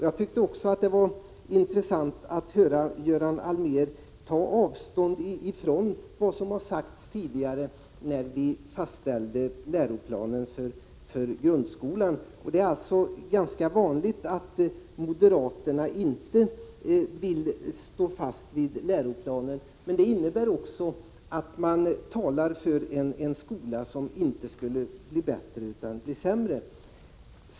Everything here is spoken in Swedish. Jag tyckte det var intressant att höra Göran Allmér ta avstånd från vad som sagts tidigare, när vi fastställde läroplanen för grundskolan. Det är ganska vanligt att moderaterna inte vill stå fast vid läroplanen. Det innebär att de talar för en skola som inte skulle bli bättre utan sämre.